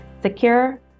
Secure